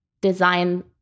design